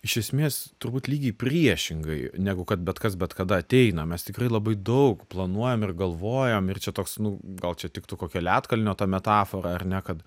iš esmės turbūt lygiai priešingai negu kad bet kas bet kada ateina mes tikrai labai daug planuojam ir galvojam ir čia toks nu gal čia tiktų kokio ledkalnio ta metafora ar ne kad